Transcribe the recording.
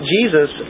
Jesus